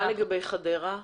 מה לגבי חדרה?